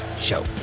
show